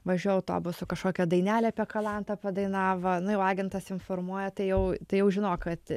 važiuoji autobusu kažkokią dainelę apie kalantą padainavo nu jau agentas informuoja tai jau tai jau žinok kad